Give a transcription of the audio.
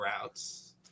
routes